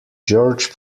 george